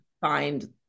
find